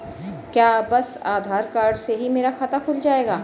क्या बस आधार कार्ड से ही मेरा खाता खुल जाएगा?